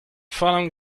following